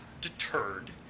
deterred